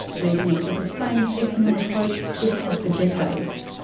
leaving us with the same piecemeal approach we've had for decades.